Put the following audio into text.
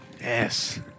Yes